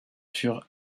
furent